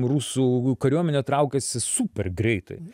rusų kariuomenė traukėsi super greitai